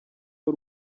w’u